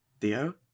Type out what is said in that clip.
theo